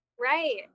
Right